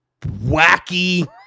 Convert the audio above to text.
wacky